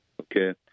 Okay